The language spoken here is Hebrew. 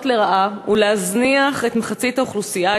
לרעה ולהזניח את מחצית האוכלוסייה,